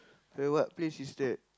the what place is that